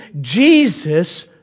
Jesus